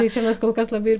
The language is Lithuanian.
tai čia mes kol kas labai